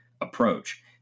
approach